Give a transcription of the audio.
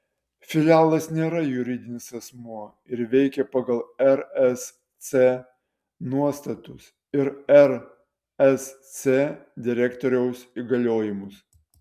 filialas nėra juridinis asmuo ir veikia pagal rsc nuostatus ir rsc direktoriaus įgaliojimus